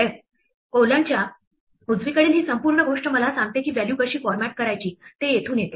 2f कोलनच्या उजवीकडील ही संपूर्ण गोष्ट मला सांगते की व्हॅल्यू कशी फॉरमॅट करायची ते येथून येते